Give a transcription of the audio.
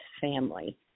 family